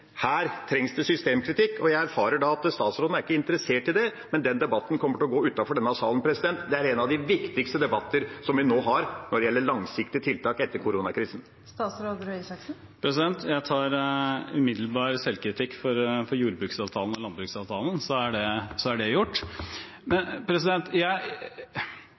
Her trengs det systemkritikk, og jeg erfarer da at statsråden ikke er interessert i det, men den debatten kommer til å gå utenfor denne salen. Det er en av de viktigste debattene vi nå har når det gjelder langsiktige tiltak etter koronakrisen. Jeg tar umiddelbart selvkritikk når det gjelder jordbruksavtalen og landbruksavtalen, så er det gjort. Jeg kan i og for seg skjønne innfallsvinkelen til representanten Lundteigen. Problemet er